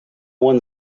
one